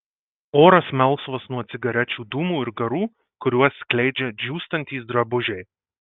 oras melsvas nuo cigarečių dūmų ir garų kuriuos skleidžia džiūstantys drabužiai